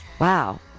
Wow